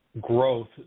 growth